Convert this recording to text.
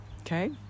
Okay